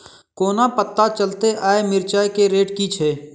कोना पत्ता चलतै आय मिर्चाय केँ रेट की छै?